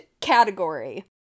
category